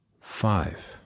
five